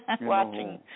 watching